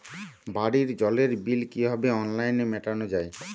বাড়ির জলের বিল কিভাবে অনলাইনে মেটানো যায়?